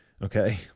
Okay